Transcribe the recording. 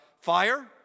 fire